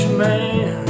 man